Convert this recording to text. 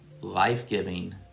life-giving